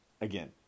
again